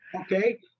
Okay